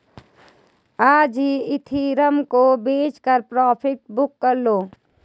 आज ही इथिरियम को बेचकर प्रॉफिट बुक कर लो